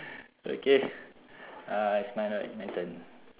okay uh it's mine right my turn